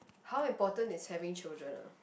how important is having children ah